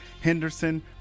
Henderson